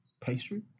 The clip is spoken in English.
pastry